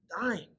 dying